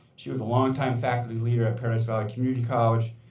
she was a long-time faculty leader at paradise valley community college,